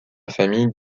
famille